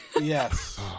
Yes